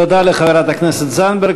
תודה לחברת הכנסת זנדברג.